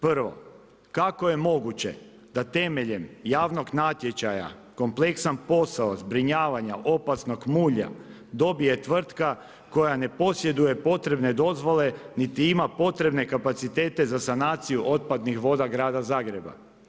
Prvo, kako je moguće da temeljem javnog natječaja kompleksan posao zbrinjavanja opasnog mulja dobije tvrtka koja ne posjeduje potrebne dozvole niti ima potrebne kapacitete za sanaciju otpadnih voda grada Zagreba?